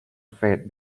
faith